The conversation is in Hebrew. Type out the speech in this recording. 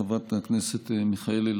חברת הכנסת מיכאלי,